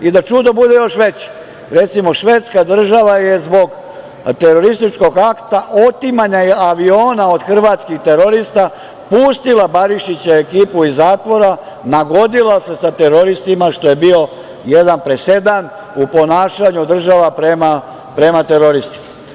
Da čudo bude još veće, država Švedska je zbog terorističkog akta otimanja aviona od hrvatskih terorista pustila Barišića i ekipu iz zatvora, nagodila se sa teroristima, što je bio jedan presedan u ponašanju država prema teroristima.